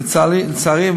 לצערי,